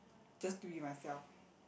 just to be myself